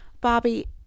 Bobby